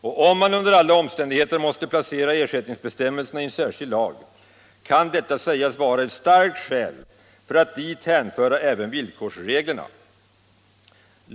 Och om man under alla omständigheter måste placera ersättningsbestämmelserna i en särskild lag, kan detta sägas vara ett starkt skäl för att dit hänföra även villkorsreglerna.